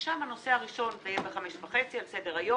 שם הנושא הראשון יהיה ב-17:30 על סדר-היום.